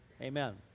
amen